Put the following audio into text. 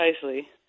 Precisely